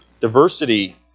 Diversity